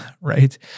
Right